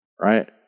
right